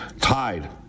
tied